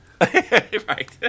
Right